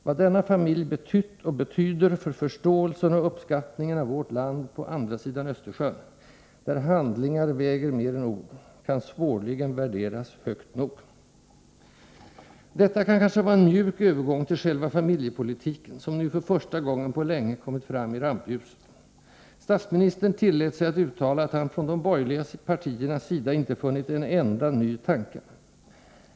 Vad denna familj betytt och betyder för förståelsen och uppskattningen av vårt land på andra sidan Östersjön — där handlingar väger mer än ord — kan svårligen värderas högt nog. Detta kan kanske vara en mjuk övergång till själva familjepolitiken, som nu för första gången på länge kommit fram i rampljuset. Statsministern tillät sig att uttala att han från de borgerliga partiernas sida inte funnit en enda ny tanke.